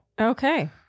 Okay